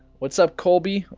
what's up, kobe?